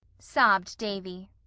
sobbed davy,